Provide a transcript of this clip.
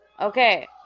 Okay